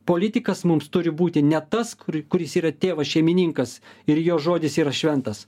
politikas mums turi būti ne tas kur kuris yra tėvas šeimininkas ir jo žodis yra šventas